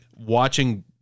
watching